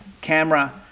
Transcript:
camera